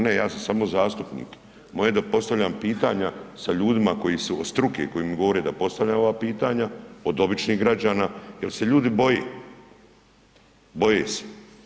Ne, ja sam samo zastupnik, moje je da postavljam pitanja sa ljudima koji su od struke koji mi govore da postavljam ova pitanja od običnih građana jel se ljudi boje, boje se.